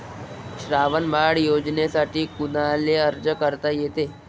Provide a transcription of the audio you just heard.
श्रावण बाळ योजनेसाठी कुनाले अर्ज करता येते?